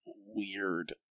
weird